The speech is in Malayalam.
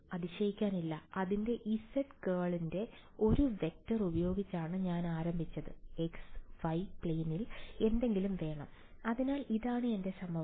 അതിശയിക്കാനില്ല അതിന്റെ z കേൾൻറെ ഒരു വെക്ടർ ഉപയോഗിച്ചാണ് ഞാൻ ആരംഭിച്ചത് x y പ്ലെയ്നിൽ എന്തെങ്കിലും വേണം അതിനാൽ ഇതാണ് എന്റെ സമവാക്യം